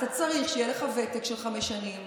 אתה צריך שיהיה לך ותק של חמש שנים,